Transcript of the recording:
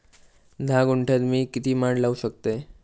धा गुंठयात मी किती माड लावू शकतय?